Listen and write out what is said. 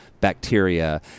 bacteria